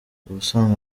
ubusanzwe